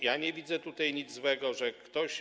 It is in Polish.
Ja nie widzę tutaj nic złego, że ktoś.